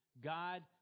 God